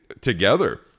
together